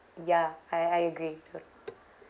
ya I I agree t~